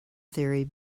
theory